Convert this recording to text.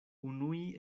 unuj